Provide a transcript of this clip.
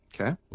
Okay